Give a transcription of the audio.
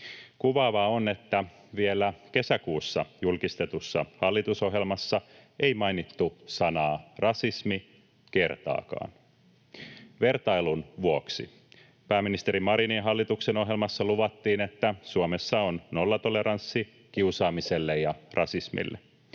Kuvaavaa on, että vielä kesäkuussa julkistetussa hallitusohjelmassa ei mainittu sanaa ”rasismi” kertaakaan. Vertailun vuoksi: Pääministeri Marinin hallituksen ohjelmassa luvattiin, että Suomessa on nollatoleranssi kiusaamiselle ja rasismille.